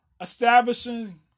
establishing